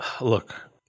look